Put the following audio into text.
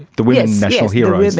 the women national heroes?